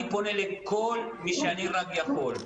אני פונה לכל מי שאני רק יכול,